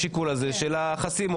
השיקול הזה של החסימות.